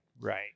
Right